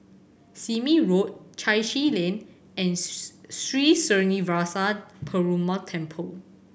Sime Road Chai Chee Lane and Sri Srinivasa Perumal Temple